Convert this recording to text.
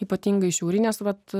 ypatingai šiaurinės vat